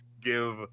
give